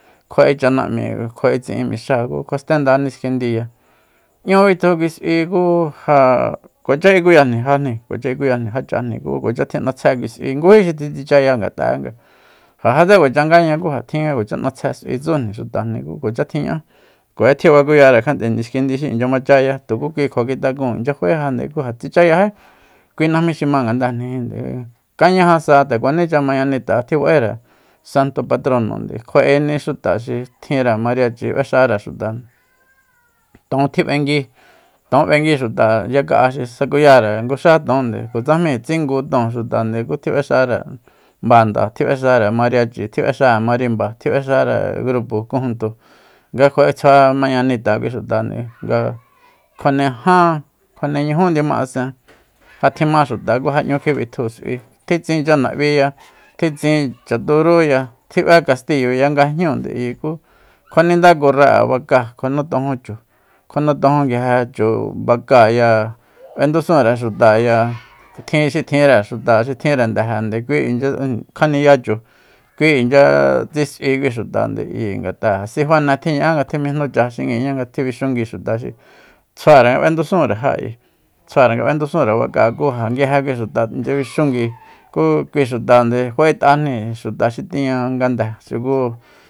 Kjua'e chanam'i kjuae tsi'in mixáa ku kjuastenda niskindiya nñu bitju kui sui ku ja kuacha ikuyajni jajni kuacha ikuyajni jáchajni ku kuacha tjin'atsjé kui s'ui ngují xi tjitsichaya ngat'a'e nga ja játse kuacha ngaña ku ja tjin nga kuacha n'atsje s'ui tsujni xutajni ku kuacha tjiña'á kuacha tjibakuyare kja'te niskindi xi inchya machaya tuku kui kjua kitakúun inchya faé jande ku ja tsichayají kui najmi xi ma ngadejnijinde kañaja sa nde kuanicha mañanita tjiba'ére santo patrononde kjua'eni xuta xi tjinre mariachi b'exare xutande ton tjib'engui ton b'engui xuta yaka'a xi sakuyare nguxa tonde kutsajmée tsingu ton xutande ku tjib'exare banda tjib'exare mariachi tjib'exare marinba tjib'exare grupo cojunto nga kjua'etsjua mañanita kui xuta nga kjuanejan kjuane ñujú ndiuma'asen ja tjima xuta ku n'ñu kjibitju s'ui tji tsin chunab'íya tji tsin chuturúya tji b'e kastiyoya nga jñúunde ayi ku kjua ninda kurra'e bakáa kjua nutojun chu kjuanutojun nguije chu bakáaya b'endusunre xutaya tjin xi tjinre xuta xitjinre ndejende kui kjaniya chu kuin inchya tsi s'ui kui xutande ayi kui nga si fane tjiña'á nga tjimijnucha xinguiñá nga tjibixungui xuta xi tsjuare nga b'endusunre ja ayi tsjuare nga b'endusunre bakáa ku ja nguije kui xuta inchya bixungui ku kui xutande fa'et'ajni xuta xi tiña ngande xuku